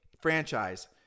franchise